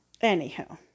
anyhow